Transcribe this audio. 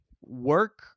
work